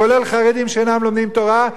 כולל חרדים שאינם לומדים תורה,